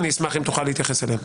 אני אשמח אם תוכל להתייחס אליהן.